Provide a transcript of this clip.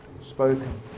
spoken